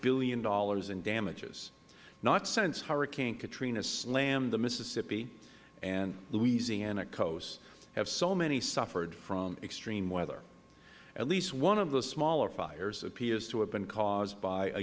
billion in damages not since hurricane katrina slammed the mississippi and louisiana coasts have so many suffered from extreme weather at least one of the smaller fires appears to have been caused by a